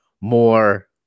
more